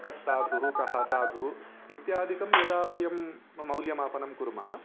कस्साधुः कः असाधुः इत्यादिकं यदा वयं म मौल्यमापनं कुर्मः